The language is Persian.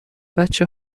بچه